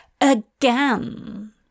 again